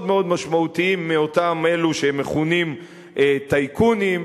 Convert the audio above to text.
מאוד משמעותיים מאותם אלה שמכונים טייקונים,